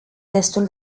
destul